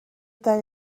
they